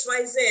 XYZ